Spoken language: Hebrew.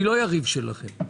אני לא יריב שלכם.